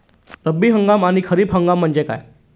रब्बी हंगाम आणि खरीप हंगाम म्हणजे काय?